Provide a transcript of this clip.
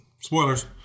spoilers